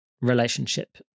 relationship